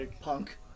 Punk